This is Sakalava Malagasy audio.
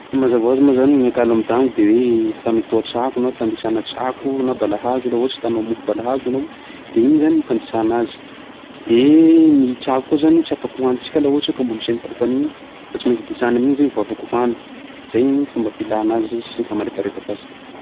Mazava hoazy moa zany ny akalo amin-dagno de hoe fanotoa tsako na hoe fandisana tsako na balahazo laha ohatsy ta hanao mofo balahazo de igny zany fandisana azy. De ny tsako koa zany tsy afaky hohanintsika laha ohatsy ka mbo misy ankofany igny fa tsy maintsy disany amin'iny zay vao afaky hohany. Zay gny fomba filàna azy sy famariparitako azy.